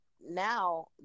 now